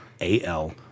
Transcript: A-L